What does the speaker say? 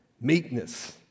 meekness